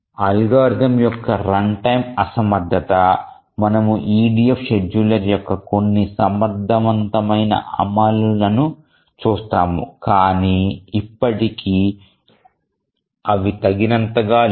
algorithm యొక్క runtime అసమర్థత మనము EDF షెడ్యూలర్ యొక్క కొన్ని సమర్థవంతమైన అమలులను చూస్తాము కానీ ఇప్పటికీ అవి తగినంతగా లేవు